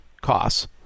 costs